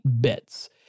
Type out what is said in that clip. bits